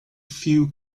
few